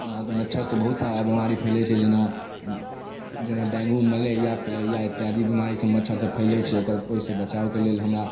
ओना तऽ मच्छरसँ बहुत सारा बेमारी फैलै छै जेना जेना डेङ्गू मलेरिआ फलेरिआ इत्यादि बेमारीसब मच्छरसँ फैलै छै ओकर ओहिसँ बचावके लेल हमरा